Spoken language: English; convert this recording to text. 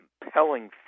compelling